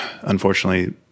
unfortunately